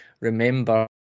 remember